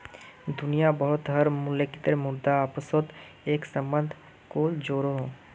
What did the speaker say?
दुनिया भारोत हर मुल्केर मुद्रा अपासोत एक सम्बन्ध को जोड़ोह